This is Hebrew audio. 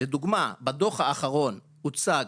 לדוגמה, בדוח האחרון הוצג